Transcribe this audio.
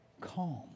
calm